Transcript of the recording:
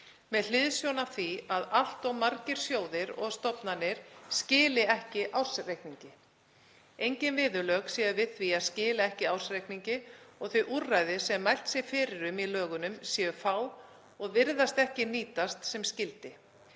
með hliðsjón af því að allt of margir sjóðir og stofnanir skili ekki ársreikningi. Engin viðurlög séu við því að skila ekki ársreikningi og þau úrræði sem mælt sé fyrir um í lögunum séu fá og virðist ekki nýtast sem skyldi.